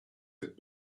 had